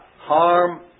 harm